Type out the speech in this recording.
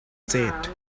said